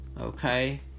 okay